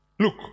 Look